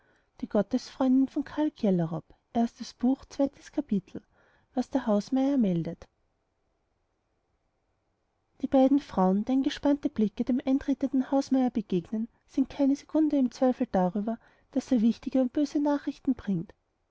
zweites kapitel die beiden frauen deren gespannte blicke dem eintretenden hausmeier begegnen sind keine sekunde im zweifel darüber daß er wichtige und böse nachrichten bringt